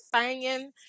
singing